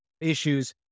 issues